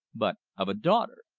but of a daughter.